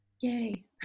Yay